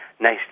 nice